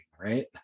Right